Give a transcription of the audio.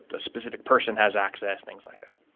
a specific person has access. things like that.